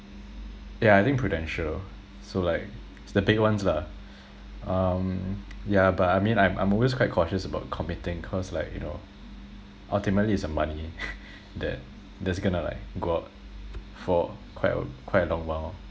yeah I think prudential so like it's the big ones lah um yeah but I mean I'm I'm always quite cautious about committing cause like you know ultimately it's your money that that's gonna like go out for quite a quite a long while